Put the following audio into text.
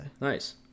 Nice